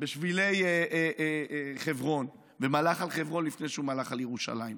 בשבילי חברון ומלך על חברון לפני שהוא מלך על ירושלים.